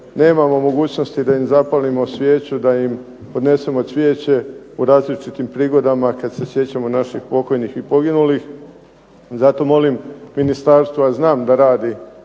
nemamo mogućnosti da im zapalimo svijeću, da im odnesemo cvijeće u različitim prigodama kad se sjećamo naših pokojnih i poginulih. Zato molim ministarstvo, a znam da radi